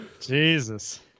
Jesus